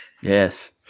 Yes